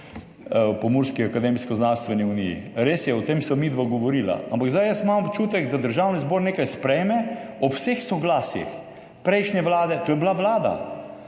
o Pomurski akademsko-znanstveni uniji. Res je, o tem sva midva govorila. Ampak zdaj imam jaz občutek, da Državni zbor nekaj sprejme, ob vseh soglasjih prejšnje vlade, to je bila vlada,